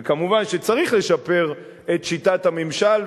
וכמובן צריך לשפר את שיטת הממשל,